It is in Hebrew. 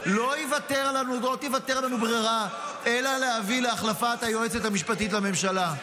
לא תיוותר לנו ברירה אלא להביא להחלפת היועצת המשפטית לממשלה.